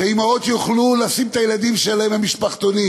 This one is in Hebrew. שאימהות יוכלו לשים את הילדים שלהן במשפחתונים.